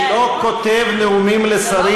אני לא כותב נאומים לשרים,